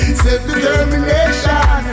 self-determination